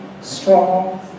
strong